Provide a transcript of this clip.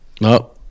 no